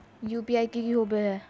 UPI की होबो है?